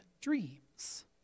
dreams